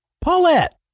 Paulette